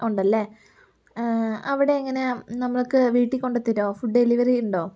ഉണ്ടല്ലേ അവിടെ എങ്ങനെയാ നമ്മൾക്ക് വീട്ടിൽ കൊണ്ട് തരുമോ ഫുഡ് ഡെലിവറി ഉണ്ടോ